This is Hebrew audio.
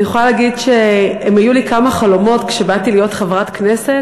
אני יכולה להגיד שאם היו לי כמה חלומות כשבאתי להיות חברת כנסת,